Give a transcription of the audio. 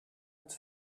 het